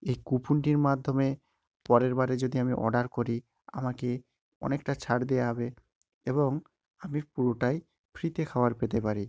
এই কুপনটির মাধ্যমে পরের বারে যদি আমি অর্ডার করি আমাকে অনেকটা ছাড় দেওয়া হবে এবং আমি পুরোটাই ফ্রিতে খাবার পেতে পারি